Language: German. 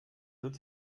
wird